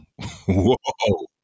Whoa